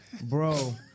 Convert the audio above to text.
Bro